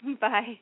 bye